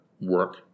work